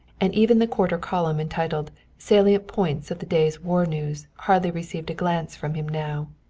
and even the quarter column entitled salient points of the day's war news hardly received a glance from him now.